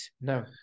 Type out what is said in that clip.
No